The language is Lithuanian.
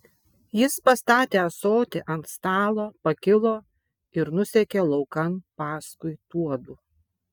jis pastatė ąsotį ant stalo pakilo ir nusekė laukan paskui tuodu